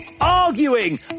Arguing